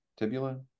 tibula